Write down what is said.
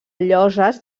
lloses